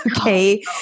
Okay